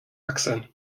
achseln